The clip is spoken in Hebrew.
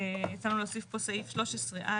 הצענו להוסיף פה סעיף 13(א)